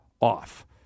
off